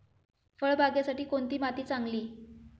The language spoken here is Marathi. फळबागेसाठी कोणती माती चांगली?